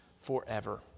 forever